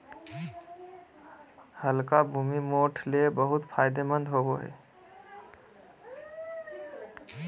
हल्का भूमि, मोठ ले बहुत फायदेमंद होवो हय